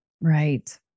Right